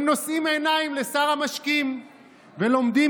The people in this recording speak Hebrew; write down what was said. הם נושאים עיניים לשר המשקים ולומדים